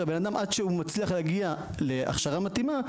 שבנאדם עד שהוא מצליח להגיע להכשרה מתאימה,